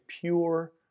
pure